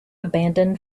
abandon